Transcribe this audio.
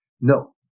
No